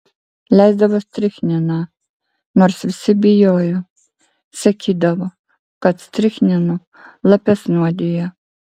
leisdavo strichniną nors visi bijojo sakydavo kad strichninu lapes nuodija